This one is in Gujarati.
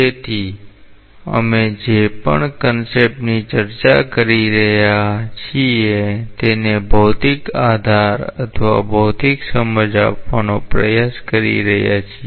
તેથી અમે જે પણ કન્સેપ્ટ ની ચર્ચા કરી રહ્યા છીએ તેને ભૌતિક આધાર અથવા ભૌતિક સમજ આપવાનો પ્રયાસ કરી રહ્યા છીએ